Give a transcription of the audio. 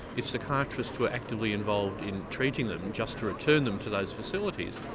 if psychiatrists were actively involved in treating them, just to return them to those facilities,